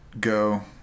go